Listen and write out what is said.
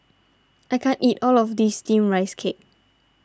I can't eat all of this Steamed Rice Cake